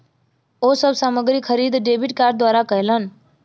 ओ सब सामग्री खरीद डेबिट कार्ड द्वारा कयलैन